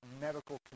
medical